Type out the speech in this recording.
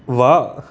ਵਾਹ